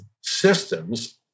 systems